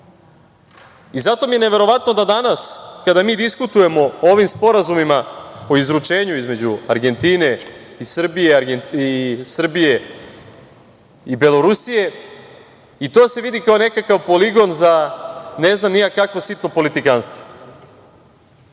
mi je neverovatno da danas kada mi diskutujemo o ovim sporazumima o izručenju između Argentine i Srbije i Srbije i Belorusije, i to se vidi kao nekakav poligon za ne znam ni ja kakvo sitno politikanstvo. Argentina